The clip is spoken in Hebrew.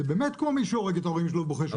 כמו להרוג את ההורים שלך ולבכות שאתה יתום.